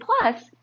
Plus